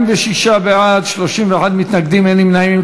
46 בעד, 31 מתנגדים, אין נמנעים.